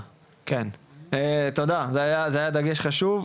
כן, תודה, זה היה דגש חשוב.